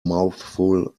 mouthful